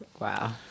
Wow